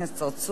לרשותך